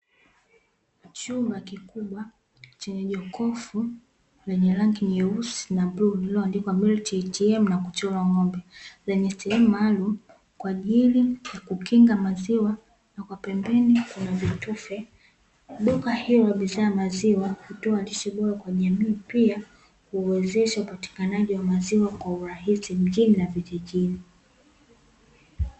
Chumba kikubwa chenye jokofu lenye rangi nyeusi na bluu lililoandikwa ''milk ATM'' na kuchorwa ng'ombe, lenye sehemu maalumu kwa ajili ya kukinga maziwa na pembeni kuna vitufe. Duka hilo la bidhaa ya maziwa hutoa lishe bora kwa jamii pia huwezesha upatikanaji wa maziwa kwa urahisi mjini na vijijini.